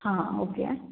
ಹಾಂ ಓಕೆ